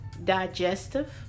Digestive